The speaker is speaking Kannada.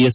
ಎಸ್